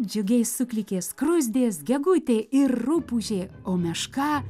džiugiai suklykė skruzdės gegutė ir rupūžė o meška